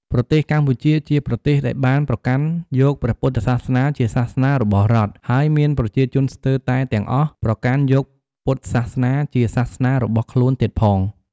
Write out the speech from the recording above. ប្រទេសកម្ពុជា ជាប្រទេសដែលបានប្រកាន់យកព្រះពុទ្ធសាសនាជាសាសនារបស់រដ្ឋ ហើយមានប្រជាជនស្ទើរតែទាំងអស់ប្រកាន់យកពុទ្ធសាសនាជាសាសនារបស់ខ្លួនទៀតផង។